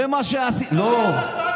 זה מה שעשית, דבר על הצעת החוק.